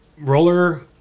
roller